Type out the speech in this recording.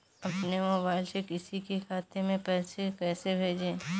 अपने मोबाइल से किसी के खाते में पैसे कैसे भेजें?